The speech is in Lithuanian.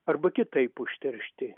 arba kitaip užteršti